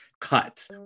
cut